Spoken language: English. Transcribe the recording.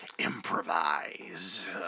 Improvise